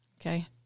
Okay